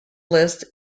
list